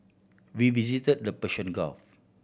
we visited the Persian Gulf